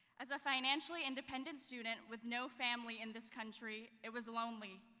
as a financially independent student with no family in this country, it was lonely.